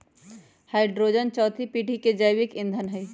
hydrogen चउथी पीढ़ी के जैविक ईंधन हई